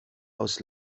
aus